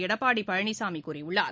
எடப்பாடி பழனிசாமி கூறியுள்ளார்